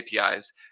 APIs